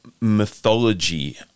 mythology